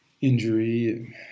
injury